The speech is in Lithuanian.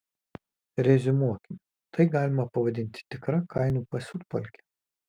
reziumuokim tai galima pavadinti tikra kainų pasiutpolke